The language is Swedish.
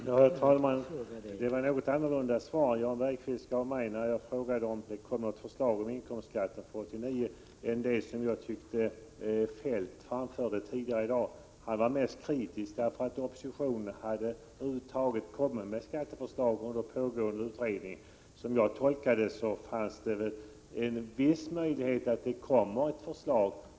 Herr talman! Det var ett något annorlunda svar som Jan Bergqvist gav mig när jag frågade om det kommer något förslag beträffande inkomstskatten 1989 än det som jag uppfattade att Feldt framförde tidigare i dag. Feldt var mest kritisk mot att oppositionen över huvud taget hade lagt fram ett skatteförslag under pågående utredning. Som jag tolkade Jan Bergqvists besked skulle det finnas en viss möjlighet att det kommer ett förslag.